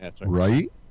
Right